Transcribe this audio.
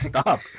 Stop